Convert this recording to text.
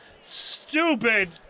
stupid